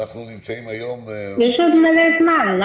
אנחנו נמצאים היום ב-9 לחודש.